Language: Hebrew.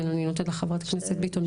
כן, חברת הכנסת ביטון,